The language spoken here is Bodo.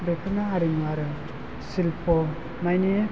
बेफोरनो हारिमु आरो सिल्प' माने